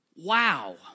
wow